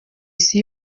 isi